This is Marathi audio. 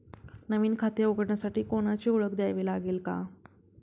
नवीन खाते उघडण्यासाठी कोणाची ओळख द्यावी लागेल का?